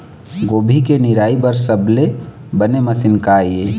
गोभी के निराई बर सबले बने मशीन का ये?